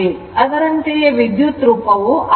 ಅದರಂತೆ ವಿದ್ಯುತ್ ರೂಪವು Im sin ω t ಆಗುತ್ತದೆ